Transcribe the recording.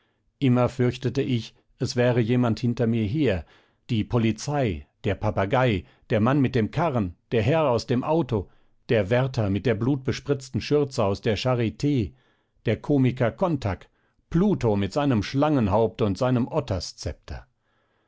immer fürchtete ich es wäre jemand hinter mir her die polizei der papagei der mann mit dem karren der herr aus dem auto der wärter mit der blutbespritzten schürze aus der charit der komiker kontack pluto mit seinem schlangenhaupt und seinem